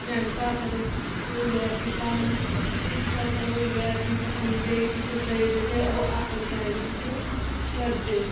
मेहनता उप्पर होंदे ऐ कि स्हानू किश फसल होई ऐ किश खंदे किश बेचदे फिर ओह् अपने ताईं बी किश करदे